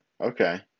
Okay